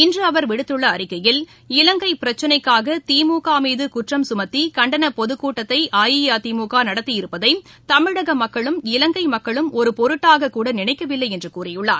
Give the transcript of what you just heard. இன்று அவர் விடுத்துள்ள அறிக்கையில் இலங்கை பிரச்சினைக்காக திமுக மீது குற்றம் சுமத்தி கண்டன பொதுக்கூட்டத்தை அஇஅதிமுக நடத்தி இருப்பதை தமிழக மக்களும் இலங்கை மக்களும் ஒரு பொருட்டாக கூட நினைக்கவில்லை என்று கூறியுள்ளார்